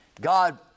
God